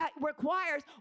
requires